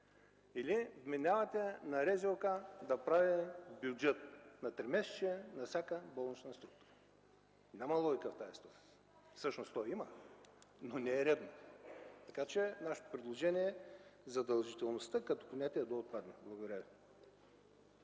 Или вменявате на РЗОК да прави бюджет на тримесечие на всяка болнична структура? Няма логика в тази история. Всъщност то има, но не е редно, така че нашето предложение е задължителността като понятие да отпадне. Благодаря Ви.